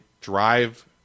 drive –